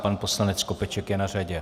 Pan poslanec Skopeček je na řadě.